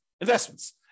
investments